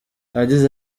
yagize